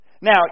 Now